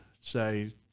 say